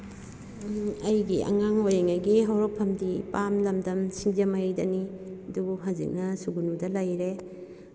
ꯑꯩꯒꯤ ꯑꯉꯥꯡ ꯑꯣꯏꯔꯤꯉꯩꯒꯤ ꯍꯧꯔꯛꯐꯝꯗꯤ ꯏꯄꯥꯝ ꯂꯝꯗꯝ ꯁꯤꯡꯖꯃꯩꯗꯅꯤ ꯑꯗꯨꯕꯤ ꯍꯧꯖꯤꯛꯅ ꯁꯨꯒꯨꯅꯨꯗ ꯂꯩꯔꯦ